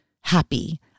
happy